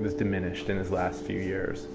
was diminished in his last few years.